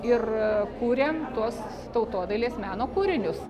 ir kuriam tuos tautodailės meno kūrinius